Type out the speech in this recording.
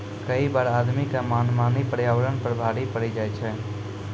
कई बार आदमी के मनमानी पर्यावरण पर बड़ा भारी पड़ी जाय छै